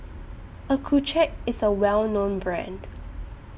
Accucheck IS A Well known Brand